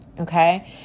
Okay